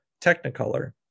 technicolor